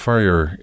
Fire